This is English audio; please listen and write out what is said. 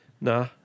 nah